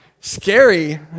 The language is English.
scary